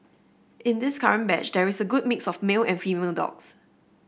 in this current batch there is a good mix of male and female dogs